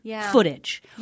footage